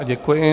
Děkuji.